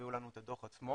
שהביאו לנו את הדו"ח עצמו.